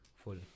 full